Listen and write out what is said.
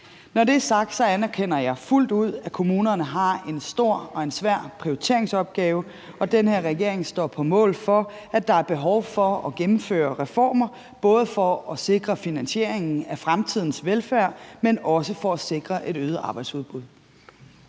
Når det er sagt, anerkender jeg fuldt ud, at kommunerne har en stor og en svær prioriteringsopgave, og den her regering står på mål for, at der er behov for at gennemføre reformer, både for at sikre finansieringen af fremtidens velfærd, men også for at sikre et øget arbejdsudbud.